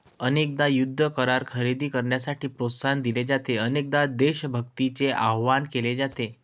अनेकदा युद्ध करार खरेदी करण्यासाठी प्रोत्साहन दिले जाते, अनेकदा देशभक्तीचे आवाहन केले जाते